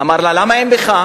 אמר לה: למה אין פחם?